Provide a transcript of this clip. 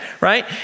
right